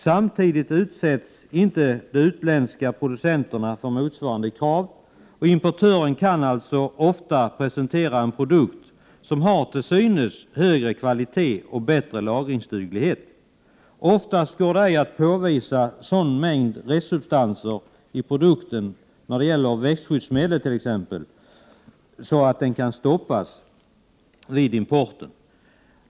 Samtidigt utsätts inte de utländska producenterna för motsvarande krav. Importören kan alltså ofta presentera en produkt som till synes har högre kvalitet och bättre lagringsduglighet. Oftast går det ej att påvisa sådan mängd av restsubstanser i produkten när det gäller t.ex. växtskyddsmedel att produkten kan stoppas vid import.